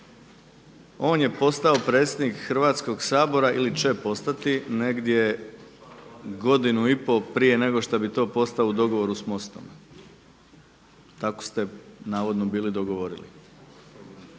On je postao predsjednik Hrvatskog sabora ili će postati negdje godinu i po prije nego što bi to postao u dogovoru s MOST-om, tako ste navodno bili dogovorili.